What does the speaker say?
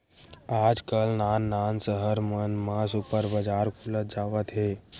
आजकाल नान नान सहर मन म सुपर बजार खुलत जावत हे